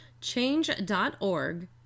change.org